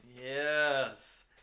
Yes